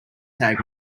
tag